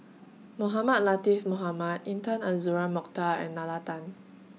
Mohamed Latiff Mohamed Intan Azura Mokhtar and Nalla Tan